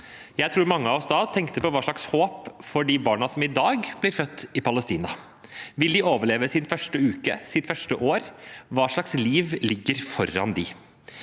Jeg tror mange av oss da tenkte på hva slags håp det er for barna som i dag blir født i Palestina. Vil de overleve sin første uke, sitt første år? Hva slags liv ligger foran dem?